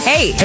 Hey